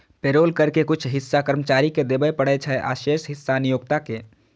payroll कर के कुछ हिस्सा कर्मचारी कें देबय पड़ै छै, आ शेष हिस्सा नियोक्ता कें